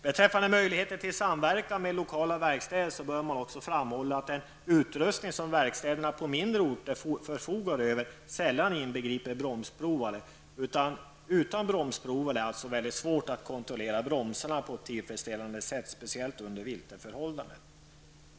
Beträffande möjligheten till samverkan med lokala verkstäder bör framhållas, att den utrustning som verkstäder på mindre orter förfogar över sällan inbegriper bromsprovare. Utan bromsprovare är det svårt att kontrollera bromsarna på ett tillfredsställande sätt, speciellt under vinterförhållanden.